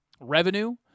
revenue